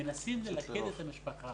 מנסים ללכד את המשפחה.